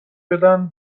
بدن